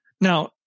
Now